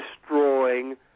destroying